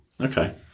Okay